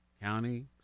county